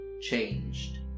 changed